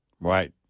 Right